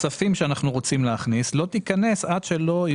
שאנחנו רוצים להכניס לא תיכנס עד שלא יהיו תקנות.